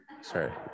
Sorry